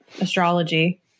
astrology